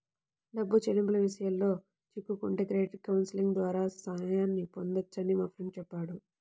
డబ్బు చెల్లింపుల విషయాల్లో చిక్కుకుంటే క్రెడిట్ కౌన్సిలింగ్ ద్వారా సాయాన్ని పొందొచ్చని మా ఫ్రెండు చెప్పాడు